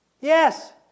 Yes